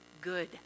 good